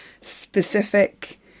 specific